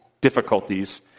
difficulties